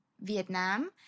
Vietnam